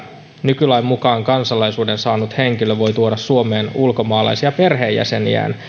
nykylain mukaan kansalaisuuden saanut henkilö voi tuoda suomeen ulkomaalaisia perheenjäseniään